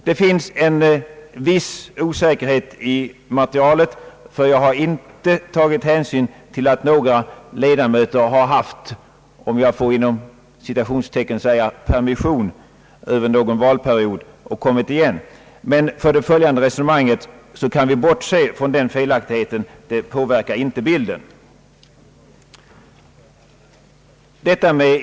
Det finns en viss osäkerhet i materialet jag har inte tagit hänsyn till att några ledamöter har haft ”permission” över någon valperiod och sedan kommit igen. För det följande resonemanget kan vi dock bortse från den felaktigheten, den påverkar inte bilden.